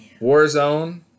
Warzone